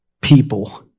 people